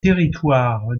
territoire